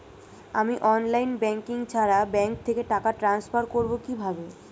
আমি online banking ছাড়া bank থেকে টাকা ট্রান্সফার করবো কিভাবে?